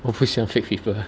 我不喜欢 fake people